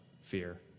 fear